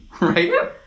right